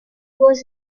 was